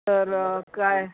तरं काय